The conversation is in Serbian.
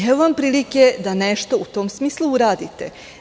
Evo vam prilike da nešto u tom smislu uradite.